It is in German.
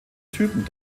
typen